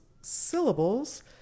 syllables